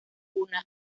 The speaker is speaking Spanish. una